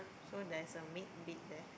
so there's a maid bed there